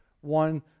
One